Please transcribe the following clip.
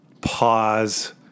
pause